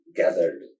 gathered